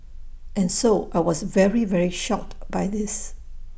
and so I was very very shocked by this